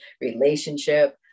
relationship